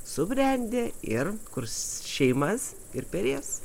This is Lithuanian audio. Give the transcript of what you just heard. subrendę ir kurs šeimas ir perės